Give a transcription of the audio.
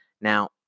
Now